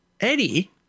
Eddie